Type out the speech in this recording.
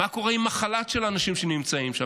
מה קורה עם החל"ת של האנשים שנמצאים שם?